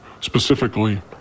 specifically